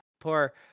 poor